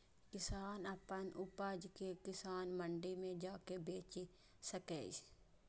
किसान अपन उपज कें किसान मंडी मे जाके बेचि सकैए